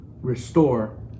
restore